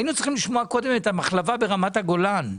היינו צריכים קודם לשמוע את המחלבה ברמת הגולן.